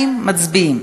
1, אנחנו מצביעים,